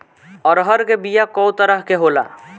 अरहर के बिया कौ तरह के होला?